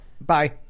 Bye